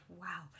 wow